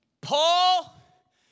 Paul